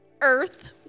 earth